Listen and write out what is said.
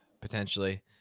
potentially